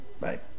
Bye